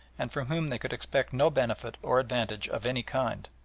and from whom they could expect no benefit or advantage of any kind.